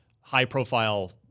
high-profile